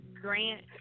Grant